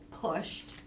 pushed